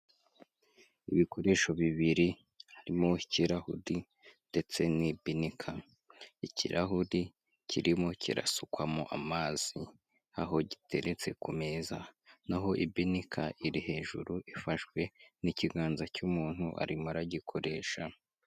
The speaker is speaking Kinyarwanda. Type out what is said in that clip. Ibikoresho bibiri harimo ikirahuri ndetse n'ipinika, ikirahuri kirimo kirasukwamo amazi aho giteretse ku meza naho ibinika iri hejuru ifashwe n'ikiganza cy'umuntu arimo aragikoresha.